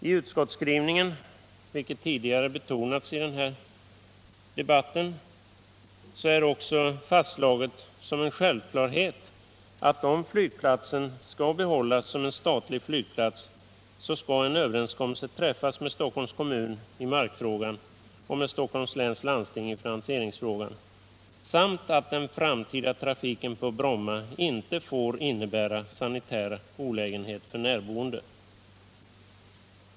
I utskottsskrivningen är — som tidigare betonats i den här debatten — också som en självklarhet fastslaget att om flygplatsen skall behållas som en statlig flygplats skall en överenskommelse träffas med Stockholms kommun i markfrågan och med Stockholms läns landsting i finansieringsfrågan, samt att den framtida trafiken på Bromma inte får innebära sanitär olägenhet för närboende.